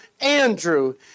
Andrew